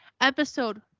episode